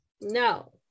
no